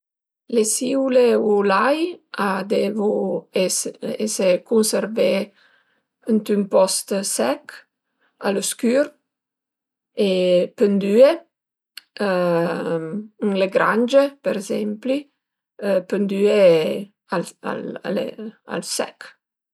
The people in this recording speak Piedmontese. Le sìule o l'ai a devu ese cunservé ënt ün post sech, a l'ëscür e pëndüe ën le grangie për esempli, pëndüe al al al sech